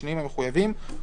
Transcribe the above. בשינויים המחויבים,